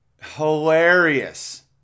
Hilarious